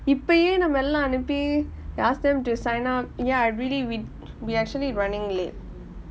இப்போயெ நம்ம எல்லாம் அனுப்பி:ippoye namma ellaam anupi ask them to sign up ya really we we actually running late